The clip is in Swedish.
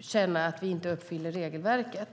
känna att vi inte uppfyller regelverket.